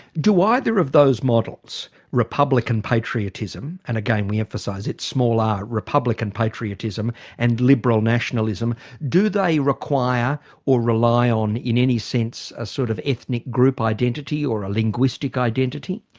do either of those models republican patriotism and again we emphasise it's small r republican patriotism and liberal nationalism do they require or rely on, in any sense, a sort of ethnic group identity, or a linguistic identity?